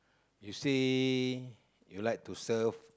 you say you like to serve